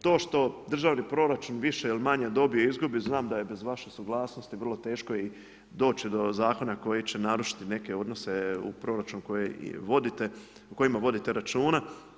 To što državni proračun više ili manje dobije izgubi, znam da je bez vaše suglasnosti i vrlo teško i doći do zakona koji će narušiti neke odnose u proračunu o kojima vodite računa.